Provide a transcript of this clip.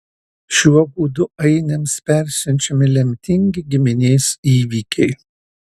šiuo būdu ainiams persiunčiami lemtingi giminės įvykiai